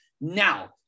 Now